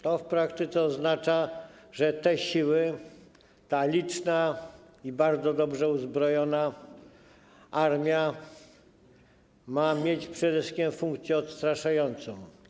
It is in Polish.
To w praktyce oznacza, że te siły, ta liczna i bardzo dobrze uzbrojona armia ma mieć przede wszystkim funkcję odstraszającą.